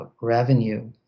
revenue